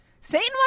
Satan